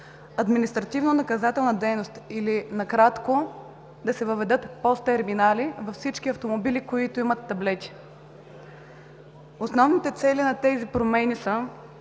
„Административно- наказателна дейност“ или накратко да се въведат ПОС терминали във всички автомобили, които имат таблети. Основните цели на тези промени са: